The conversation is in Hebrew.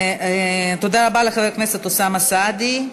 תודה רבה לחבר הכנסת אוסאמה סעדי,